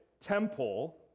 temple